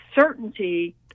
certainty